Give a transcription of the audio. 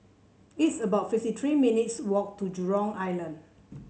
it's about fifty three minutes' walk to Jurong Island